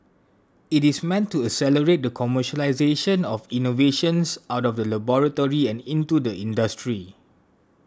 it is meant to accelerate the commercialisation of innovations out of the laboratory and into the industry